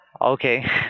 Okay